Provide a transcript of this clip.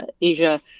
Asia